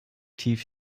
tief